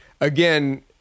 again